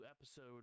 episode